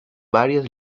varias